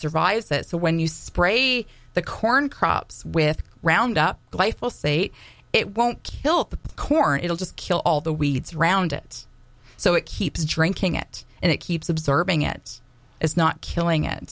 survives that so when you spray the corn crops with round up life will say it won't kill the corn it'll just kill all the weeds round it so it keeps drinking it and it keeps observing it as not killing it